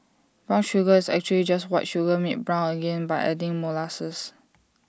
brown sugar is actually just white sugar made brown again by adding molasses